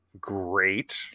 great